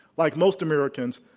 like most americans,